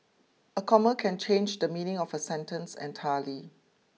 a comma can change the meaning of a sentence entirely